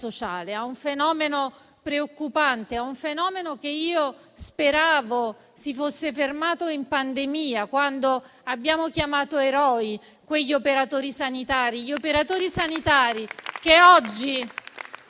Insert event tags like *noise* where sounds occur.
sociale, a un fenomeno preoccupante, che io speravo si fosse fermato in pandemia, quando abbiamo chiamato eroi quegli operatori sanitari. *applause* Gli operatori sanitari che oggi